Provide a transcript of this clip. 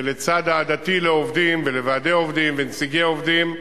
לצד אהדתי לעובדים ולוועדי עובדים ונציגי עובדים,